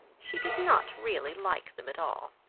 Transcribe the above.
she did not really like them at all.